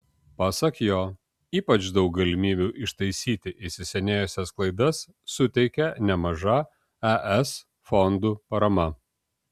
pasak jo ypač daug galimybių ištaisyti įsisenėjusias klaidas suteikė nemaža es fondų parama